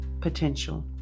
potential